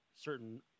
certain